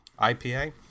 IPA